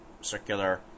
circular